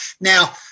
Now